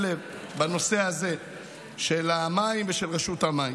לב בנושא הזה של המים ושל רשות המים.